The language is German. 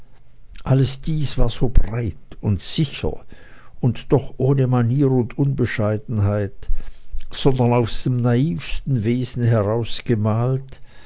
alles dies war so breit und sicher und doch ohne manier und unbescheidenheit sondern aus dem naivsten wesen heraus gemalt